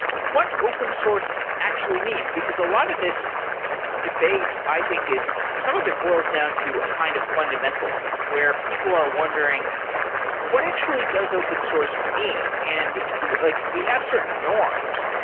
what open source actually means, because a lot of this debate i think is some of it boils down to a kind of fundamentalism, where people are wondering what actually does open source mean. and like we have certain norms.